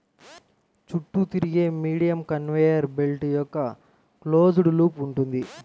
చుట్టూ తిరిగే medium conveyor belt యొక్క క్లోజ్డ్ లూప్ ఉంటుంది